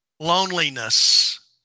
Loneliness